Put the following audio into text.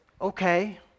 okay